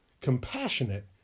compassionate